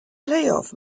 playoff